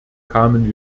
kamen